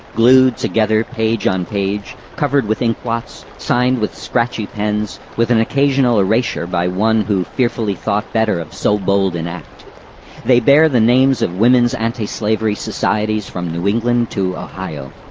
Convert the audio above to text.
glued together, page on page, covered with ink blots, signed with scratchy pens, with an occasional erasure by one who fearfully thought better of so bold an act they bear the names of women's anti-slavery societies from new england to ohio.